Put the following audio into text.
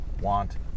want